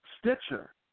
Stitcher